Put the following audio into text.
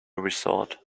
resort